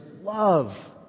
love